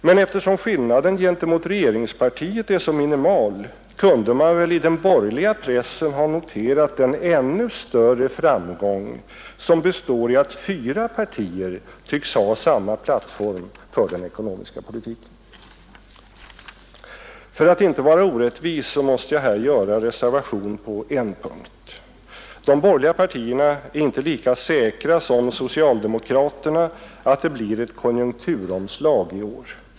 Men eftersom skillnaden gentemot regeringspartiet är så minimal kunde man väl i den borgerliga pressen ha noterat den ännu större framgång som består i att fyra partier tycks ha samma plattform för den ekonomiska politiken. För att inte vara orättvis måste jag här göra reservation på en punkt. De borgerliga partierna är inte lika säkra som socialdemokraterna på att det blir ett konjunkturomslag i år.